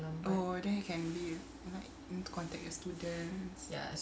oh then you can be like you need to contact your students